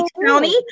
County